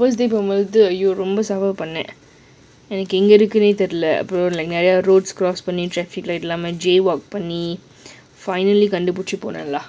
first day போகும்போது ரொம்ப suffer பண்ணினான்:poahumpoathu romba suffer panninan roads cross traffic light எங்க இருக்குமே தெரியல்ல:enga irukkune theriyalla finally கண்டுபிடிச்சி போனான்::andupidichi poanan lah